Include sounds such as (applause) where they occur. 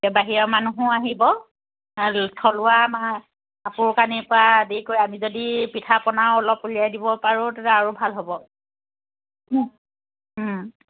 বাহিৰা মানুহো আহিব (unintelligible) থলুৱা (unintelligible) কাপোৰ কানিৰ পৰা আদি কৰি আমি যদি পিঠা পনাও অলপ উলিয়াই দিব পাৰোঁ তেতিয়া আৰু ভাল হ'ব